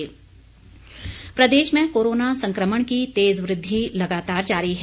प्रदेश corona प्रदेश में corona संक्रमण की तेज वृद्धि लगातार जारी है